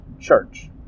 church